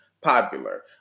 popular